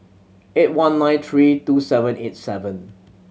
eight one nine three two seven eight seven